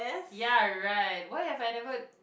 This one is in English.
ya right why have I never